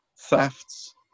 thefts